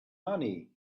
money